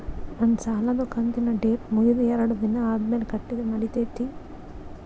ನನ್ನ ಸಾಲದು ಕಂತಿನ ಡೇಟ್ ಮುಗಿದ ಎರಡು ದಿನ ಆದ್ಮೇಲೆ ಕಟ್ಟಿದರ ನಡಿತೈತಿ?